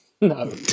No